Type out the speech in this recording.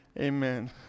amen